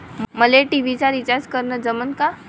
मले टी.व्ही चा रिचार्ज करन जमन का?